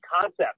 concept